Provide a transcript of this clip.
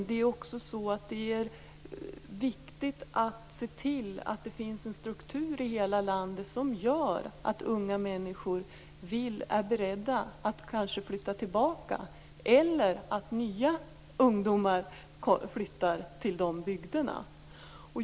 Det är också viktigt att se till att det finns en struktur i hela landet som gör att unga människor vill och är beredda att kanske flytta tillbaka eller att nya ungdomar flyttar till de bygderna.